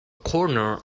corner